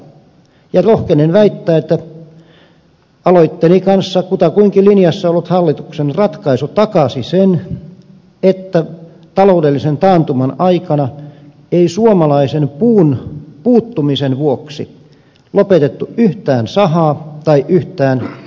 rohkenen väittää että aloitteeni kanssa kutakuinkin linjassa ollut hallituksen ratkaisu takasi sen että taloudellisen taantuman aikana ei suomalaisen puun puuttumisen vuoksi lopetettu yhtään sahaa tai yhtään teollisuuslaitosta